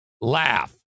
laugh